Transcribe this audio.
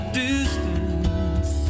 distance